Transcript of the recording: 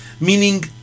Meaning